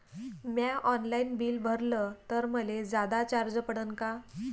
म्या online bill भरलं तर मले जादा चार्ज पडन का?